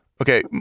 Okay